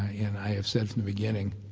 and i have said from the beginning,